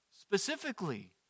specifically